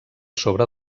sobre